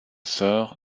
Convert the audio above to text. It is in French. sœur